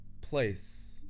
place